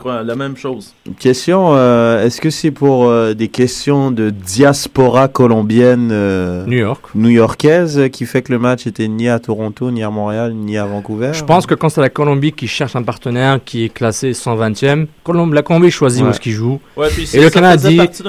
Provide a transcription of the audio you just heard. la même chose. Question, euh, est-ce que c'est pour, euh, des questions de diaspora colombienne, euh, New York. new-yorkaise, euh, qui fait que le match était ni à Toronto, ni à Montréal, ni à Vancouver, Je pense ou? que quand c'est la Colombie qui cherche un partenaire qui est classé 120e, Colombie- la Colombie choisit Ouais. où est-ce qu'il joue. Ouais, puis Et ça- le ça Canada dit fait parti-